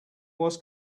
was